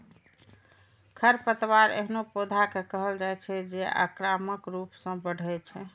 खरपतवार एहनो पौधा कें कहल जाइ छै, जे आक्रामक रूप सं बढ़ै छै